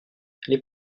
les